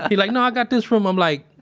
he like, nah. i got this from. i'm like,